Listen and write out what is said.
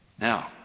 Now